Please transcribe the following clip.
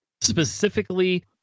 specifically